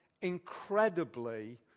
incredibly